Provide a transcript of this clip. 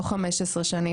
לא 15 שנים,